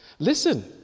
Listen